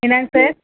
என்னாங்க சார்